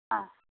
ஆ